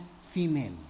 female